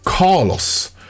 Carlos